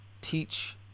teach